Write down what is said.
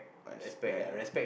respect